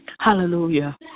Hallelujah